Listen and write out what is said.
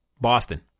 Boston